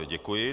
Děkuji.